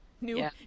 New